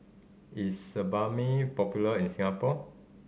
is Sebamed popular in Singapore